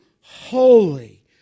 holy